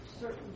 certain